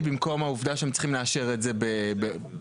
במקום העובדה שהם צריכים לאשר את זה בעצמם.